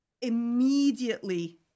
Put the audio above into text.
immediately